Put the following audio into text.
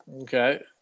Okay